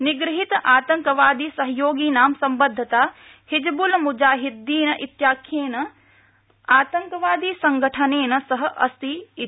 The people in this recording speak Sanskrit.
निगृहीत आतंकवादीसहयोगिनां सम्बद्धता हिजब्ल मुजाहिद्दीन इत्याख्येन आतंकवादी संघठनेन सह अस्ति इति